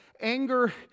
anger